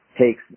takes